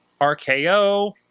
RKO